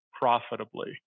profitably